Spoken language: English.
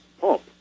pump